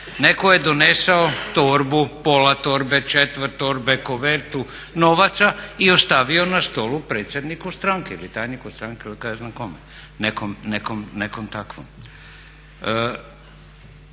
Netko je donesao torbu, pola torbe, četvrt torbe, kovertu novaca i ostavio na stolu predsjedniku stranke ili tajniku stranke ili kaj' ja znam kome. Nekom takvom.